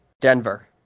Denver